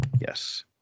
yes